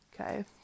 Okay